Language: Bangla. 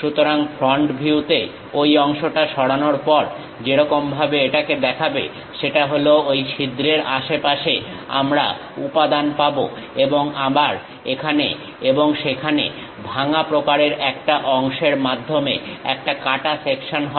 সুতরাং ফ্রন্ট ভিউ তে ঐ অংশটা সরানোর পর যেরকম ভাবে এটাকে দেখাবে সেটা হল ঐ ছিদ্রের আশেপাশে আমরা উপাদান পাবো এবং আবার এখানে এবং সেখানে ভাঙ্গা প্রকারের একটা অংশের মাধ্যমে একটা কাঁটা সেকশন হবে